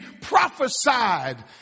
prophesied